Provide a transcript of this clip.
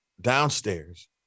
downstairs